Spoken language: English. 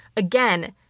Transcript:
again,